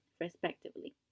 respectively